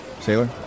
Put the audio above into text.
Sailor